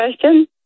question